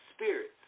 spirits